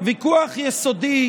יסודי